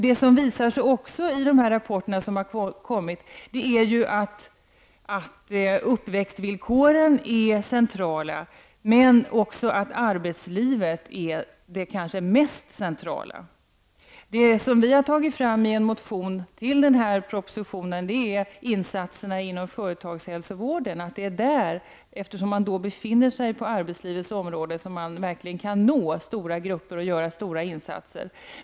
Det visar sig också i rapporterna att uppväxtvillkoren visserligen är centrala, men att arbetslivet är det som betyder mest. I en motion till denna proposition föreslår vi insatser inom företagshälsovården. Eftersom man inom företagshälsovården befinner sig på arbetslivets område, kan man verkligen nå stora grupper och göra stora insatser.